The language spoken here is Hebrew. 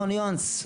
לא, ניואנס.